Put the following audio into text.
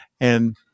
and-